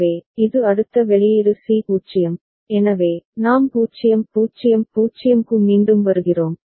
எனவே இது அடுத்த வெளியீடு C 0 எனவே நாம் 0 0 0 க்கு மீண்டும் வருகிறோம்